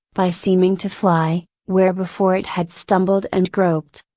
by seeming to fly, where before it had stumbled and groped.